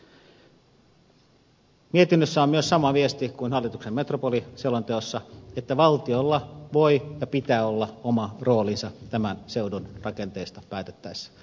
mietinnössä on myös sama viesti kuin hallituksen metropoliselonteossa että valtiolla voi ja pitää olla oma roolinsa tämän seudun rakenteista päätettäessä